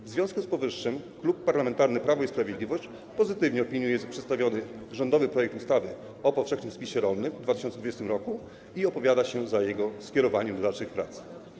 W związku z powyższym Klub Parlamentarny Prawo i Sprawiedliwość pozytywnie opiniuje przedstawiony rządowy projekt ustawy o powszechnym spisie rolnym w 2020 r. i opowiada się za jego skierowaniem do dalszych prac.